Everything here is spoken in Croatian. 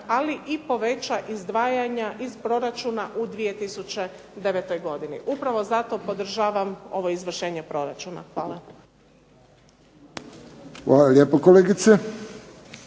ali i poveća izdvajanja iz proračuna u 2009. godini. Upravo zato podržavam ovo izvršenje proračuna. Hvala.